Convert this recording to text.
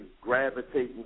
gravitating